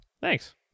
Thanks